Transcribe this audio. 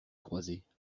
croisées